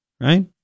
Right